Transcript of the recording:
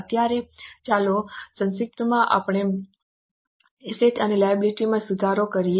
અત્યારે ચાલો સંક્ષિપ્તમાં એસેટ અને લાયબિલિટી માં સુધારો કરીએ